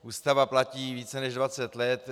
Ústava platí více než 20 let.